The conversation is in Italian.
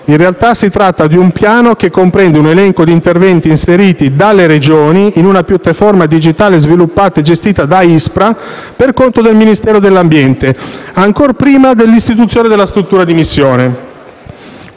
In realtà, si tratta di un piano che comprende un elenco di interventi inseriti dalle Regioni in una piattaforma digitale sviluppata e gestita dall'ISPRA per conto del Ministero dell'ambiente ancor prima dell'istituzione della struttura di missione.